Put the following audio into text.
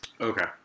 okay